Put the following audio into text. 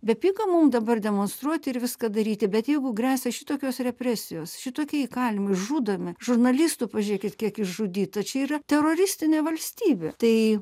bepiga mum dabar demonstruoti ir viską daryti bet jeigu gresia šitokios represijos šitokie įkalinimai žudomi žurnalistų pažiūrėkit kiek išžudyta čia yra teroristinė valstybė tai